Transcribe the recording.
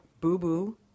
Boo-Boo